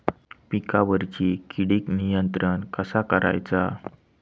पिकावरची किडीक नियंत्रण कसा करायचा?